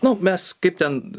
nu mes kaip ten